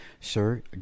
Sir